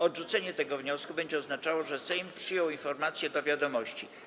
Odrzucenie tego wniosku będzie oznaczało, że Sejm przyjął informację do wiadomości.